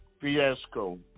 Fiasco